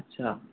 अच्छा